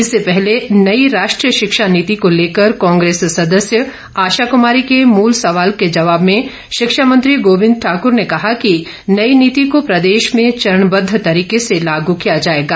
इससे पहले नई राष्ट्रीय शिक्षा नीति को लेकर कांग्रेस सदस्य आशा कुमारी के मूल सवाल के जवाब में शिक्षा मंत्री गोबिंद ठाकुर ने कहा कि नई नीति को प्रदेश में चरणबद्व तरीके से लागू किया जाएगा